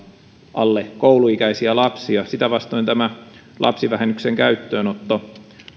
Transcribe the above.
alle kouluikäisiä lapsia sitä vastoin lapsivähennyksen käyttöönotto